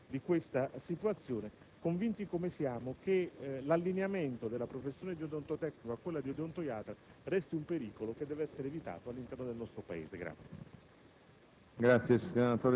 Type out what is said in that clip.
debita attenzione gli sviluppi di questa situazione, convinti come siamo che l'allineamento della professione di odontotecnico a quella di odontoiatra resti un pericolo che deve essere evitato nel nostro Paese.